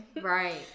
right